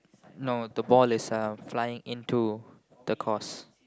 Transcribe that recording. no the ball is flying into the course